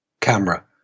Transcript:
camera